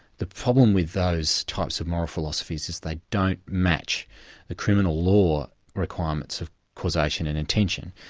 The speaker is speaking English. the problem with those types of moral philosophies is they don't match the criminal law requirements of causation and intention.